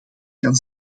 gaan